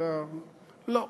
לא.